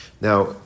Now